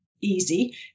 easy